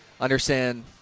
understand